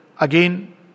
again